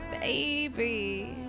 baby